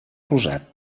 rosat